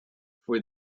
for